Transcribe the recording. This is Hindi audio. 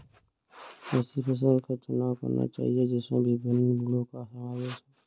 ऐसी फसल का चुनाव करना चाहिए जिसमें विभिन्न गुणों का समावेश हो